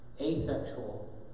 asexual